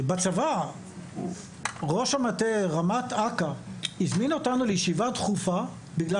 שבצבא רמ"ט אכ"א הזמין אותנו לישיבה דחופה בגלל